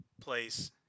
place